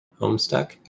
Homestuck